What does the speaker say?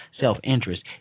self-interest